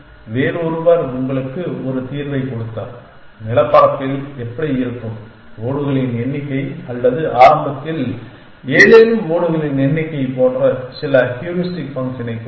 வேறொருவர் உங்களுக்கு ஒரு தீர்வைக் கொடுத்தார் நிலப்பரப்பில் எப்படி இருக்கும் ஓடுகளின் எண்ணிக்கை அல்லது ஆரம்பத்தில் ஏதேனும் ஓடுகளின் எண்ணிக்கை போன்ற சில ஹூரிஸ்டிக் ஃபங்க்ஷனைக் கொடுக்கும்